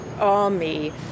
army